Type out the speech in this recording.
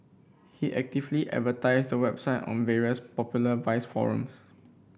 he actively advertised the website on various popular vice forums